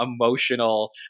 emotional